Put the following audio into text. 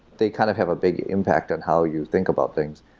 they kind of have a big impact on how you think about things,